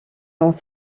dans